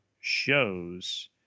shows